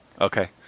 Okay